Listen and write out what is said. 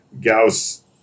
Gauss